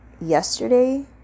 yesterday